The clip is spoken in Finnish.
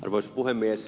arvoisa puhemies